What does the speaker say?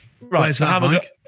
Right